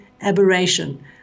aberration